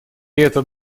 этот